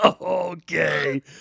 okay